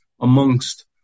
amongst